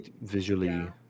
visually